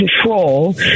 control